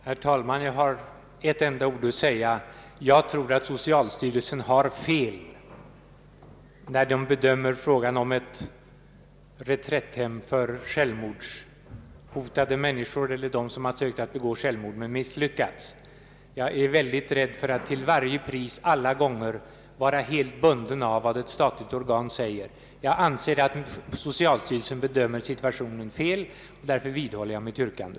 Herr talman! Jag har bara en enda sak att säga: Jag tror att socialstyrelsen har fel i sin bedömning av frågan om ett reträtthem för människor som försökt att begå självmord men misslyckats. Jag är mycket rädd för att till varje pris alltid vara bunden av vad ett statligt organ säger. Jag anser att socialstyrelsen bedömt situationen fel och vidhåller därför mitt yrkande.